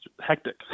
hectic